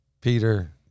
peter